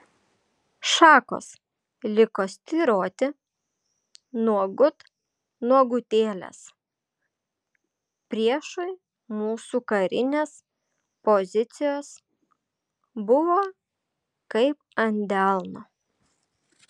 šakos liko styroti nuogut nuogutėlės priešui mūsų karinės pozicijos buvo kaip ant delno